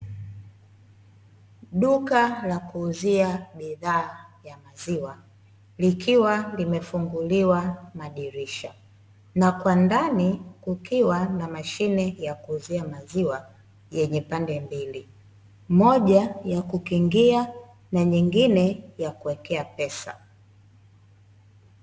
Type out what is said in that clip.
Duka la kuuzia bidhaa ya maziwa likiwa limefunguliwa madirisha na kwa ndani kukiwa na mashine ya kuuzia maziwa yenye pande mbili, moja ya kukingia na nyingine ya kuwekea pesa.